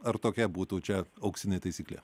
ar tokia būtų čia auksinė taisyklė